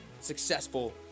successful